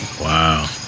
Wow